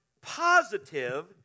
positive